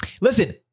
Listen